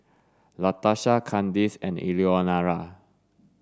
Latarsha Kandice and Eleanora